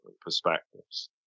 perspectives